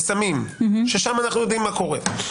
בסמים, ששם אנו יודעים מה קורה,